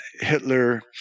Hitler